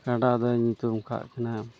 ᱠᱟᱰᱟᱫᱩᱧ ᱧᱩᱛᱩᱢ ᱟᱠᱟᱫᱠᱤᱱᱟᱹ